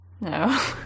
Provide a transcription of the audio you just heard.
No